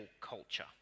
culture